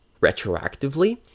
retroactively